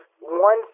one